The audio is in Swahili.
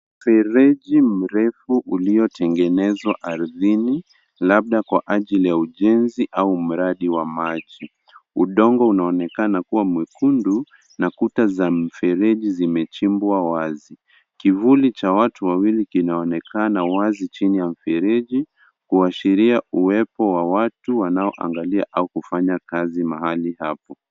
Mfereji mrefu uliotengenezwa ardhini labda kwa ajili ya ujenzi wa mradi wa maji. Udongo unaonekana kuwa mwekundu na kuta za mfereji zimechimbwa wazi . Kivuli cha watu wawili kinaonekana wazi chini ya mfereji kuashiria uwepo wa watu wanaoangalia au kufanya kazi hapo.